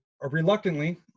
reluctantly